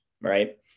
Right